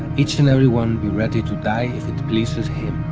each and every one be ready to die if it pleases him